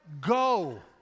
go